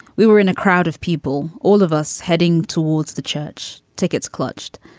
we were in a crowd of people, all of us heading towards the church. tickets clutched.